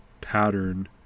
pattern